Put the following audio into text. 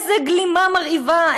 איזו גלימה מרהיבה,